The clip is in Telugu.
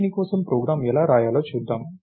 దీని కోసం ప్రోగ్రామ్ ఎలా వ్రాయాలో చూద్దాం